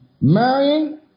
marrying